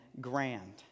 Grand